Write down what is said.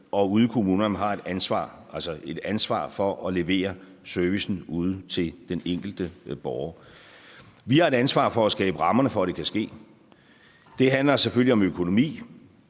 og ude i kommunerne har de et ansvar for at levere service til den enkelte borger. Vi har et ansvar for at skabe rammerne for, at det kan ske. Det handler selvfølgelig om økonomi.